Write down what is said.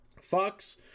fox